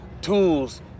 tools